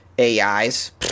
AIs